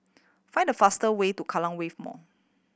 find the faster way to Kallang Wave Mall